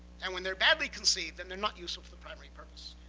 and when they're badly conceived, then they're not useful for the primary purpose.